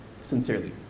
sincerely